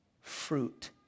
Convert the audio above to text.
Fruit